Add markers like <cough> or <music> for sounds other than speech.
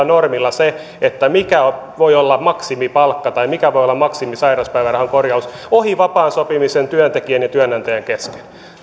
<unintelligible> normilla se mikä voi olla maksimipalkka tai mikä voi olla maksimisairauspäivärahan korjaus ohi vapaan sopimisen työntekijän ja työnantajan kesken